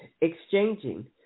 exchanging